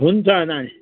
हुन्छ नानी